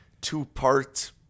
two-part